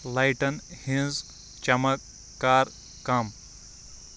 لایٹن ہٕنٛز چمک کَر کم